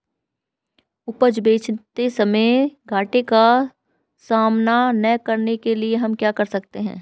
उपज बेचते समय घाटे का सामना न करने के लिए हम क्या कर सकते हैं?